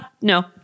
No